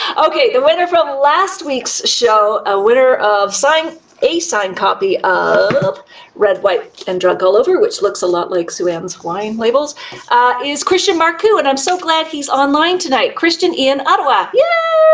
okay, the winner from last week's show, a winner of a signed copy of red, white and drunk all over which looks a lot like sue-ann's wine labels is christian marcoux and i'm so glad he's online tonight. christian in ottawa. yeah!